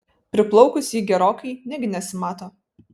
priplaukus ji gerokai negi nesimato